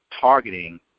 targeting